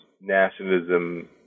nationalism